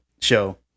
show